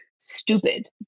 stupid